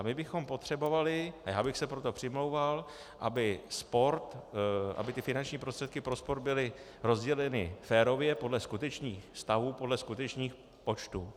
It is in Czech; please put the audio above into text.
My bychom potřebovali, a já bych se pro to přimlouval, aby finanční prostředky pro sport byly rozděleny férově podle skutečných stavů, podle skutečných počtů.